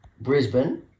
Brisbane